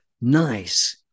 Nice